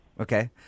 Okay